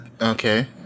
Okay